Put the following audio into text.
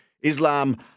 Islam